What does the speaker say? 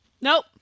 Nope